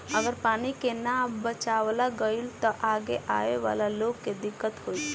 अगर पानी के ना बचावाल गइल त आगे आवे वाला लोग के दिक्कत होई